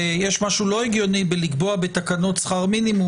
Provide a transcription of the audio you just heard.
יש משהו לא הגיוני בלקבוע בתקנות שכר מינימום